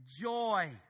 joy